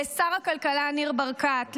לשר הכלכלה ניר ברקת,